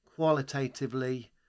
qualitatively